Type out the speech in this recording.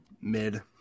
Mid